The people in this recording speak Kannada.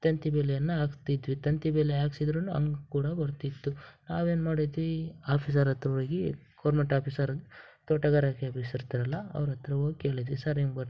ತಂತಿ ಬೇಲಿಯನ್ನು ಹಾಕ್ಸ್ತಿದ್ವಿ ತಂತಿ ಬೇಲಿ ಹಾಕ್ಸಿದ್ರು ಹಂಗ್ ಕೂಡ ಬರ್ತಿತ್ತು ನಾವು ಏನು ಮಾಡಿದ್ವಿ ಆಫೀಸರ್ ಹತ್ರ ಹೋಗಿ ಗೌರ್ಮೆಂಟ್ ಆಫೀಸರ್ ತೋಟಗಾರ ಆಫೀಸರ್ ಇರ್ತಾರಲ್ಲ ಅವರತ್ರ ಹೋಗಿ ಕೇಳಿದ್ವಿ ಸರ್ ಹಿಂಗ್ ಬರುತ್ತೆ